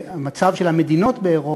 והמצב של המדינות באירופה,